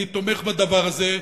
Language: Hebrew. אני תומך בדבר הזה,